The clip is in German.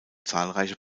zahlreiche